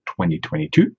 2022